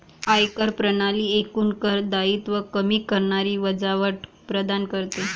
आयकर प्रणाली एकूण कर दायित्व कमी करणारी वजावट प्रदान करते